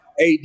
AD